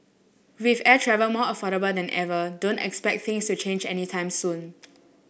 with air travel more affordable than ever don't expect things to change any time soon